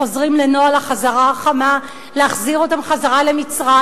חוזרים לנוהל החזרה חמה, להחזיר אותם למצרים?